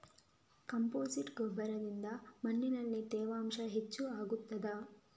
Compost ಗೊಬ್ಬರದಿಂದ ಮಣ್ಣಿನಲ್ಲಿ ತೇವಾಂಶ ಹೆಚ್ಚು ಆಗುತ್ತದಾ?